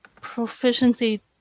proficiency